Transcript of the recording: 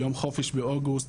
יום חופש באוגוסט,